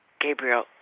Gabriel